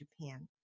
Japan